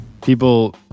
people